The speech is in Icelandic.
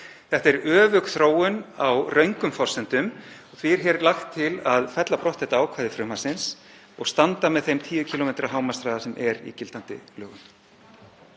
Þetta er öfug þróun á röngum forsendum og því er hér lagt til að fella brott þetta ákvæði frumvarpsins og standa með þeim 10 km hámarkshraða sem er í gildandi lögum.